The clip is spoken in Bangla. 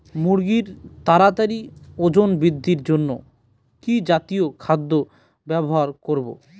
মুরগীর তাড়াতাড়ি ওজন বৃদ্ধির জন্য কি জাতীয় খাদ্য ব্যবহার করব?